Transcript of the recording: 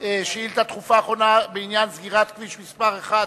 הדחופה האחרונה בעניין סגירת כביש מס' 1